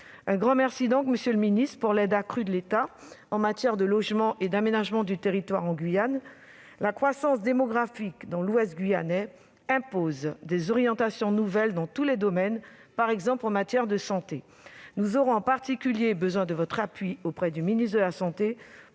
un grand merci, monsieur le ministre, pour l'aide accrue de l'État en matière de logement et d'aménagement du territoire en Guyane. La croissance démographique dans l'ouest guyanais impose des orientations nouvelles dans tous les domaines, par exemple en matière de santé. Nous aurons notamment besoin de votre appui auprès du ministre de la santé